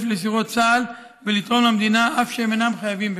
לשורות צה"ל ולתרום למדינה אף שהם אינם חייבים בכך.